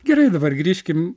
gerai dabar grįžkim